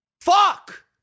Fuck